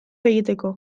egiteko